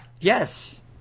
Yes